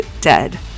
dead